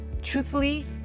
Truthfully